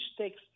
text